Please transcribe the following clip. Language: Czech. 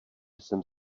jsem